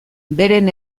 beren